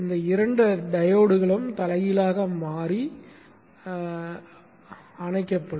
இந்த 2 டையோட்களும் தலைகீழாக மாறி அணைக்கப்படும்